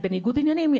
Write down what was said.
היא בניגוד עניינים,